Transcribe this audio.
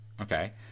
Okay